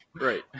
Right